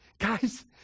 Guys